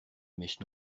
mèche